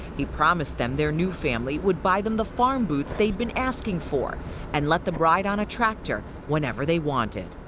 he promised them their new family would buy them the farm boots they had been asking for and let them ride on a tractor whenever they wanted.